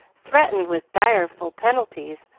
threatened with direful penalties,